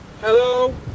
Hello